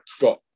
got